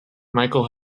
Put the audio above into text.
michael